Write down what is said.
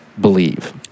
believe